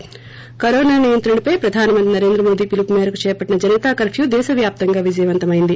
ి కరోనా నియంత్రణపై ప్రధానమంత్రి నరేంద్రమోదీ పిలుపు మేరకు చేపట్టిన జనతా కర్ప్యూ దేశ వ్యాప్తంగా విజయవంతం అయింది